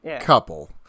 couple